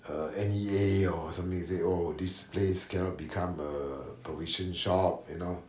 uh N_E_A or somebody say oh this place cannot become a provision shop you know